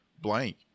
blank